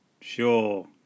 Sure